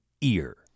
EAR